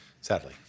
Sadly